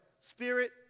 spirit